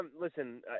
listen